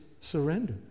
surrender